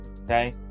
Okay